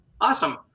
Awesome